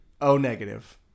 O-negative